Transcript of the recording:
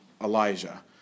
Elijah